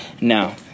now